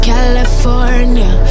California